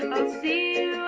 see